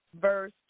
Verse